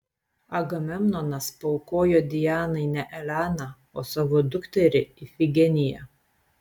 agamemnonas paaukojo dianai ne eleną o savo dukterį ifigeniją